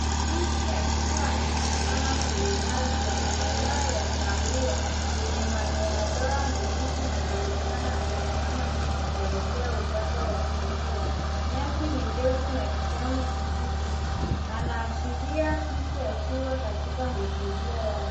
Fisi akiwa amesimama kwenye nyasi ana manyoya ya kahawia enye madoadoa meusi na anaonekana akitazama nyuma kuelekea upande wa kulia. Nyasi ni ndefu na kijani kibichi, anaashiria fisi akiwa katika mazingira yake.